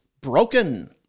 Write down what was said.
broken